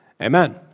amen